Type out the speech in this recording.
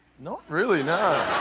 not really. no.